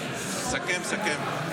סכם.